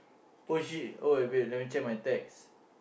oh she oh wait let me check my text